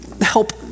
help